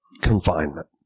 confinement